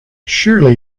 surely